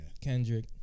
Kendrick